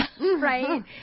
right